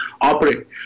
operate